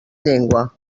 llengua